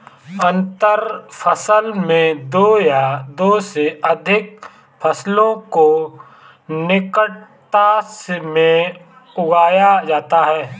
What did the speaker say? अंतर फसल में दो या दो से अघिक फसलों को निकटता में उगाया जाता है